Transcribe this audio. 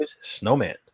Snowman